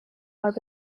are